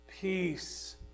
peace